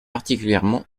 particulièrement